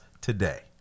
today